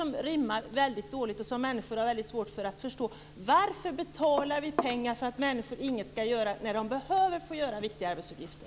Människor har svårt att förstå varför vi betalar pengar för att människor skall göra ingenting, när de behövs för viktiga arbetsuppgifter.